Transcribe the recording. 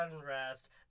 unrest